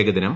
ഏകദിനം